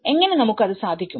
എങ്ങനെ നമുക്ക് അത് സാധിക്കും